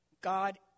God